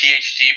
PhD